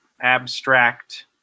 abstract